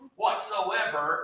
whatsoever